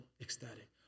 ecstatic